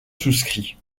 souscrit